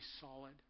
solid